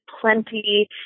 plenty